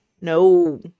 No